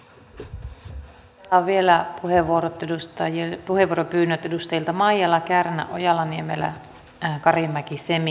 täällä on vielä puheenvuoropyynnöt edustajilta maijala kärnä ojala niemelä karimäki semi